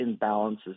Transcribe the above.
imbalances